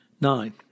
Nine